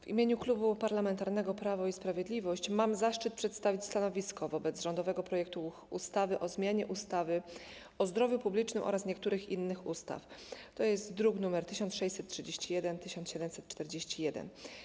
W imieniu Klubu Parlamentarnego Prawo i Sprawiedliwość mam zaszczyt przedstawić stanowisko wobec rządowego projektu ustawy o zmianie ustawy o zdrowiu publicznym oraz niektórych innych ustaw, druki nr 1631 i 1741.